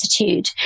attitude